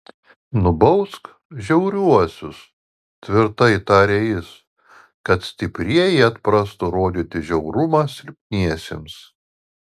nubausk žiauriuosius tvirtai tarė jis kad stiprieji atprastų rodyti žiaurumą silpniesiems